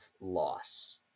loss